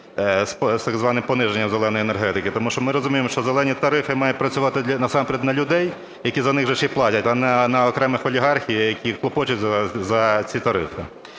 з так званим пониженням "зеленої" енергетики. Тому що ми розуміємо, що "зелені" тарифи мають працювати насамперед на людей, які за них же ще й платять, а не на окремих олігархів, які клопочуть за ці тарифи.